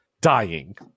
dying